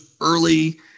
early